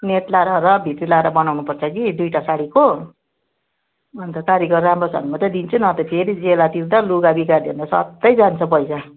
net लाएर र भित्री लाएर बनाउनु पर्छ कि दुइटा साडीको अन्त कारिगर राम्रो छ भने मात्रै दिन्छु नभए त फेरि ज्याला तिर्दा लुगा बिगारिदियो भने त स्वात्तै जान्छ पैसा